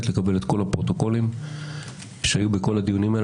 לקבל את כל הפרוטוקולים שהיו בכל הדיונים האלה,